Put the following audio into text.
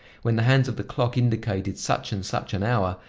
when the hands of the clock indicated such and such an hour,